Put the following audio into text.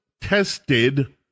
tested